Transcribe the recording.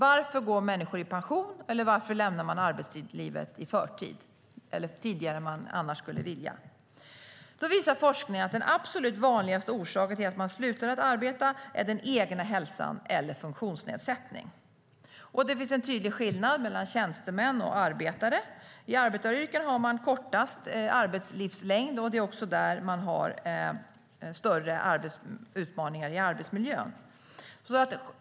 Varför går människor i pension eller varför lämnar de arbetslivet i förtid - tidigare än de annars skulle vilja? Forskningen visar att den absolut vanligaste orsaken till att de slutar arbeta är den egna hälsan eller funktionsnedsättning. Det finns en tydlig skillnad mellan tjänstemän och arbetare. I arbetaryrken råder kortast arbetslivslängd och det är också där det finns större utmaningar i arbetsmiljön.